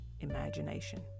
imagination